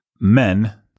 men